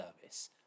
service